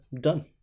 done